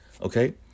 Okay